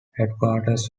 headquarters